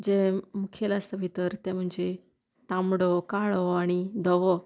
जे मुखेल आसता भितर ते म्हणजे तांबडो काळो आनी धवो